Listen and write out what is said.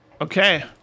okay